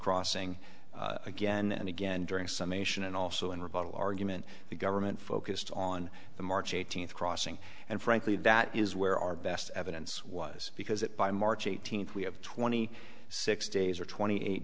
crossing again and again during some ation and also in rebuttal argument the government focused on the march eighteenth crossing and frankly that is where our best evidence was because that by march eighteenth we have twenty six days or twenty eight